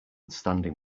standing